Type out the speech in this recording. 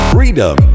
Freedom